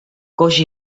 coix